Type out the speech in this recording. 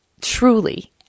truly